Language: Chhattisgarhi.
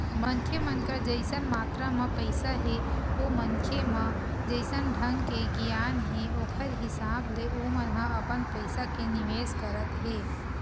मनखे मन कर जइसन मातरा म पइसा हे ओ मनखे म जइसन ढंग के गियान हे ओखर हिसाब ले ओमन ह अपन पइसा के निवेस करत हे